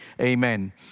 Amen